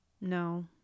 No